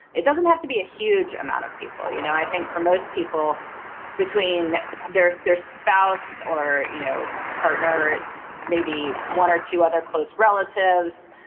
it doesn't have to be a huge amount of people you know i think for most people between their their spouse or you know partner maybe one or two other close relatives,